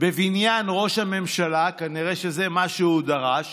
בבניין ראש הממשלה כנראה שזה מה שהוא דרש